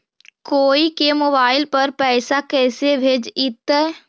कोई के मोबाईल पर पैसा कैसे भेजइतै?